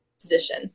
position